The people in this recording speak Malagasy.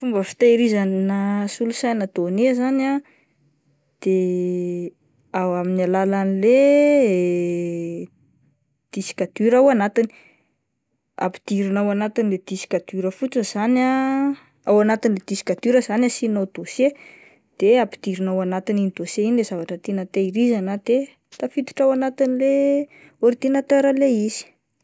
Fomba fitehirizana solosaina donné zany ah de ao-amin'ny alalan'le disque dur ao anatiny, ampidirina ao anatin'le disque dur fotsiny zany ah, ao anatin'ilay disque dur zany ah asianao dossier de ampidirina ao anatin'iny dossier iny le zavatra tianao tehirizina de tafiditra ao anatin'le ordinatera ilay izy.